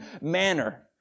manner